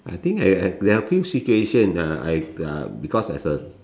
I think I I there are a few situations uh I uh because as a